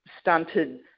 stunted